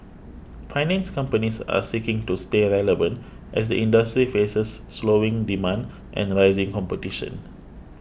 finance companies are seeking to stay relevant as the industry faces slowing demand and rising competition